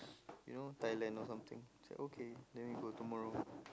you know Thailand or something say okay then we go tomorrow